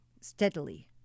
steadily